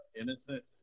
innocent